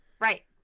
Right